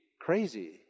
crazy